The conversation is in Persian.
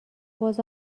باز